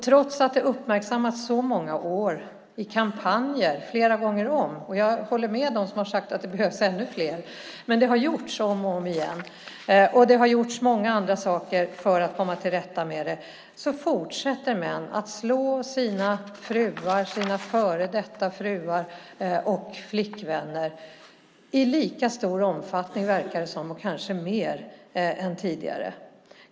Trots att det har uppmärksammats så många år i kampanjer flera gånger om - jag håller med dem som har sagt att det behövs ännu fler, men det har gjorts om och om igen - och det har gjorts många andra saker för att komma till rätta med detta så fortsätter män att slå sina fruar, sina före detta fruar och flickvänner i lika stor omfattning, verkar det som, och kanske mer än tidigare.